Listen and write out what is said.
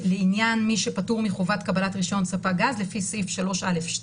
לעניין מי שפטור מחובת קבלת רישיון ספק גז לפי סעיף 3(א)(2),